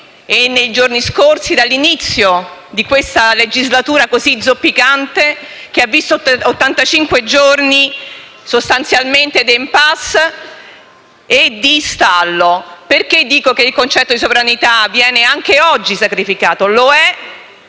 nei giorni scorsi, dall'inizio di questa legislatura così zoppicante, che ha visto sostanzialmente ottantacinque giorni di *impasse* e di stallo. Perché dico che il concetto di sovranità viene anche oggi sacrificato? Lo è,